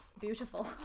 Beautiful